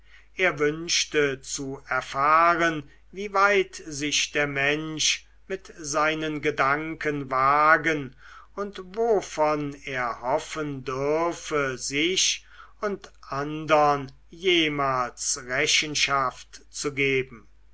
er wünschte zu erfahren wie weit sich der mensch mit seinen gedanken wagen und wovon er hoffen dürfe sich und andern jemals rechenschaft zu geben